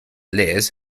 liz